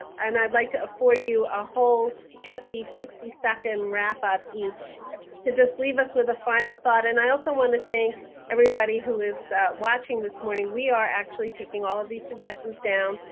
and i would like to afford you a whole juicy sixty second wrap up each to just leave us with a final thought. and i also want to thank everybody who is watching this morning. we are actually taking all of these suggestions down.